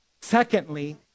Secondly